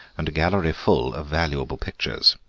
and a gallery full of valuable pictures.